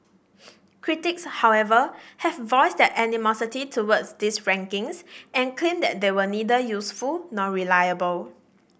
critics however have voiced their animosity toward these rankings and claim that they were neither useful nor reliable